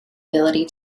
ability